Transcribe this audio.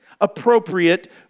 appropriate